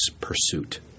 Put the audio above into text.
pursuit